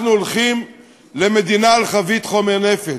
אנחנו הולכים למדינה על חבית חומר נפץ,